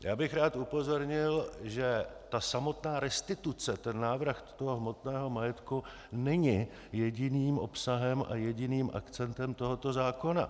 Já bych rád upozornil, že ta samotná restituce, ten návrat hmotného majetku, není jediným obsahem a jediným akcentem tohoto zákona.